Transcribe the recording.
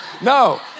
no